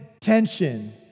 tension